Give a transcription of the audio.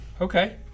Okay